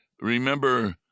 Remember